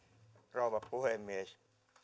rouva puhemies